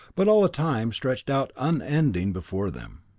but all time stretched out unending before them.